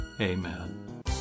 Amen